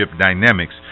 dynamics